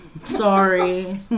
sorry